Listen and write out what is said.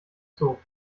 zoo